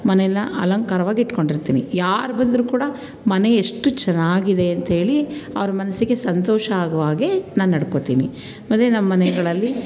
ಮನೆನ ಅಲಂಕಾರವಾಗಿಟ್ಕೊಂಡಿರ್ತೀನಿ ಯಾರು ಬಂದ್ರೂ ಕೂಡ ಮನೆ ಎಷ್ಟು ಚೆನ್ನಾಗಿದೆ ಅಂಥೇಳಿ ಅವ್ರ ಮನಸಿಗೆ ಸಂತೋಷ ಆಗುವಾಗೇ ನಾನು ನಡ್ಕೊಳ್ತೀನಿ ಮತ್ತು ನಮ್ಮನೆಗಳಲ್ಲಿ